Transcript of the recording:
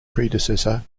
predecessor